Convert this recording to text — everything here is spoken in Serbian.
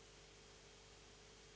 Hvala.